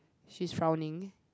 she's frowning